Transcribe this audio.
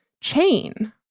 chain